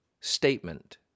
statement